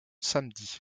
samedi